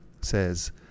says